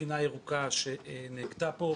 מבחינה ירוקה שנהגתה פה.